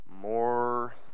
more